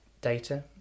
data